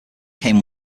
came